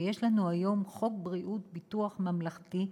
שיש לנו היום חוק ביטוח בריאות ממלכתי,